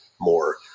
more